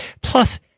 Plus